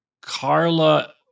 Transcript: Carla